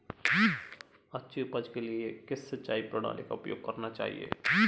अच्छी उपज के लिए किस सिंचाई प्रणाली का उपयोग करना चाहिए?